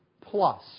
plus